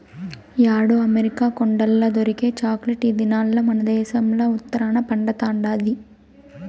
యాడో అమెరికా కొండల్ల దొరికే చాక్లెట్ ఈ దినాల్ల మనదేశంల ఉత్తరాన పండతండాది